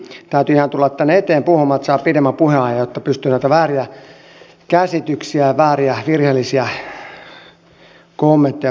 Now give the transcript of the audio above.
täytyi ihan tulla tänne eteen puhumaan että saa pidemmän puheajan jotta pystyy näitä vääriä käsityksiä ja vääriä virheellisiä kommentteja vähän oikaisemaan